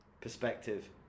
perspective